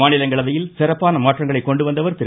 மாநிலங்களவையில் சிறப்பான மாற்றங்களை கொண்டு வந்தவர் திரு